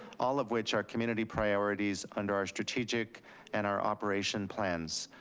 all of which are community priorities under our strategic and our operation plans.